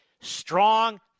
strong